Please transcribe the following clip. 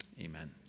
Amen